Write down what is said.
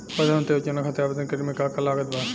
प्रधानमंत्री योजना खातिर आवेदन करे मे का का लागत बा?